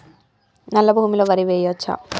నల్లా భూమి లో వరి వేయచ్చా?